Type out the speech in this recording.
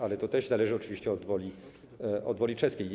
Ale to też zależy oczywiście od woli strony czeskiej.